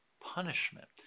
punishment